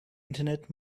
internet